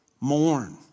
mourn